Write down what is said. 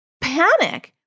panic